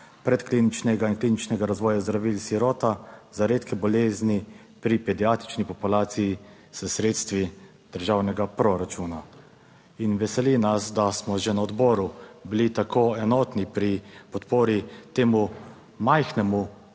predkliničnega in kliničnega razvoja zdravil sirota za redke bolezni pri pediatrični populaciji s sredstvi državnega proračuna, in veseli nas, da smo že na odboru bili tako enotni pri podpori temu majhnemu